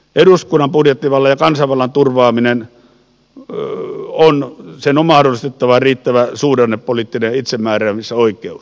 eduskunnan budjettivallan ja kansanvallan turvaamisen on mahdollistettava riittävä suhdannepoliittinen itsemääräämisoikeus